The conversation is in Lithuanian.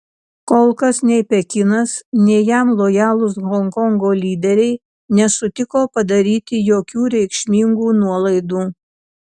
kol kas nei pekinas nei jam lojalūs honkongo lyderiai nesutiko padaryti jokių reikšmingų nuolaidų